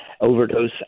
overdose